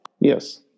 Yes